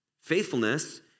Faithfulness